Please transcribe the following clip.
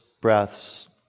breaths